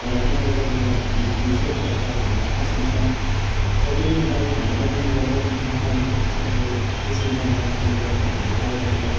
तर त्यहाँको कतिपय भि भित्रीय कुराहरू चाहिँ हामीलाई थाहा छैन तर जति पनि बाहिर हामीले अध्ययन गरेर त्यहाँ थाहा पाए अनुसार चाहिँ अब त्यस विद्यालय पढ्ने विद्यार्थीहरूले चाहिँ बाहिरतिर